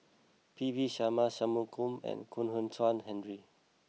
P V Sharma See Chak Mun and Kwek Hian Chuan Henry